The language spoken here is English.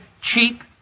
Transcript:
cheap